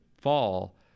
fall